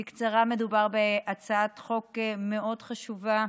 בקצרה, מדובר בהצעת חוק מאוד חשובה,